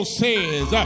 says